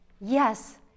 Yes